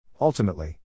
Ultimately